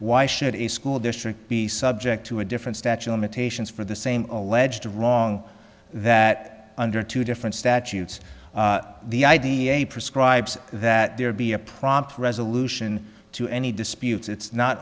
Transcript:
why should a school district be subject to a different statue limitations for the same alleged wrong that under two different statutes the idea of prescribes that there be a prompt resolution to any disputes it's not